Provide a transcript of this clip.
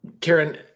Karen